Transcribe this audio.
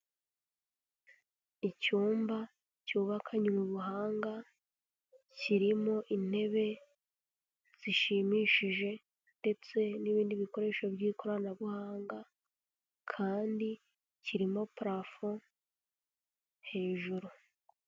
Icyumba cyubakanywe mu ubuhanga kirimo intebe zishimishije, ndetse n'ibindi bikoresho by'ikoranabuhanga, kandi kirimo purafo hejuru.